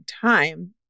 time